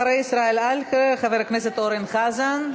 אחרי ישראל אייכלר, חבר הכנסת אורן חזן,